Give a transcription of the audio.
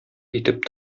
итеп